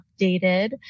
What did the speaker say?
updated